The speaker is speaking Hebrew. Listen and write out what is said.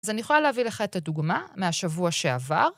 אז אני יכולה להביא לך את הדוגמה מהשבוע שעבר.